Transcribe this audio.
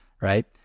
right